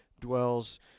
dwells